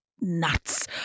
nuts